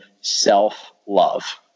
self-love